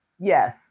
Yes